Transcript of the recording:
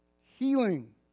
Healing